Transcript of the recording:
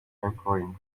anchoring